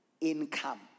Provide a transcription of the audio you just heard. income